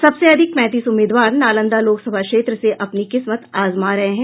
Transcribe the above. सबसे अधिक पैंतीस उम्मीदवार नालंदा लोकसभा क्षेत्र से अपनी किस्मत आजमा रहे हैं